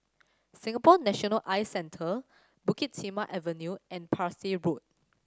Singapore National Eye Center Bukit Timah Avenue and Parsi Road